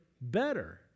better